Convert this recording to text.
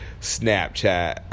snapchat